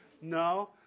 No